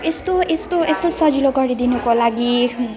यस्तो यस्तो यस्तो सजिलो गरिदिनुको लागि